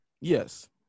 yes